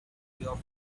your